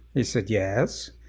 he said, yes?